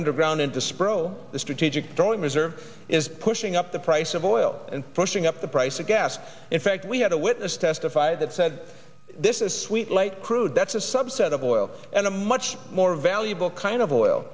underground into spro the strategic petroleum reserve is pushing up the price of oil and pushing up the price of gas in fact we had a witness testify that said this is a sweet light crude that's a subset of oil and a much more valuable kind of oil